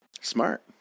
Smart